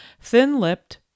thin-lipped